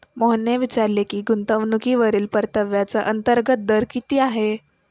मोहनने विचारले की गुंतवणूकीवरील परताव्याचा अंतर्गत दर किती आहे?